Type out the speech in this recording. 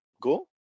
go